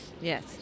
Yes